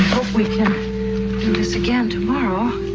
we can do this again tomorrow.